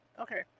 Okay